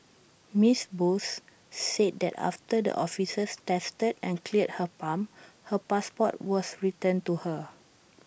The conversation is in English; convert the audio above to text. miss Bose said that after the officers tested and cleared her pump her passport was returned to her